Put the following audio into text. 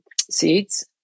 seeds